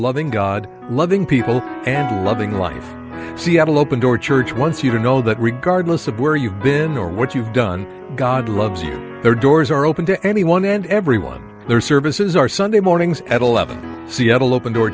loving god loving people and loving life seattle open door church once you are know that regardless of where you've been or what you've done god loves you there doors are open to anyone and everyone their services are sunday mornings at eleven seattle open door